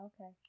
Okay